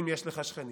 אם יש לך שכנים,